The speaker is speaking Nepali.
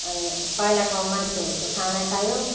अनि पहिलाको मान्छेहरू चाहिँ खाना खायो